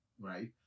right